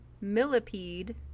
Millipede